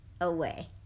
away